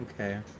Okay